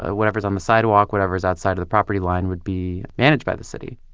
ah whatever is on the sidewalk, whatever is outside of the property line would be managed by the city.